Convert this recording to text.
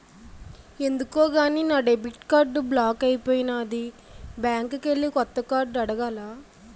ఎందుకో గాని నా డెబిట్ కార్డు బ్లాక్ అయిపోనాది బ్యాంకికెల్లి కొత్త కార్డు అడగాల